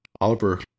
Oliver